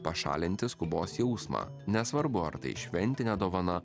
pašalinti skubos jausmą nesvarbu ar tai šventinė dovana